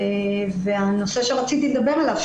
הנושא שרציתי לדבר עליו,